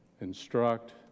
instruct